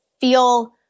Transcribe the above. feel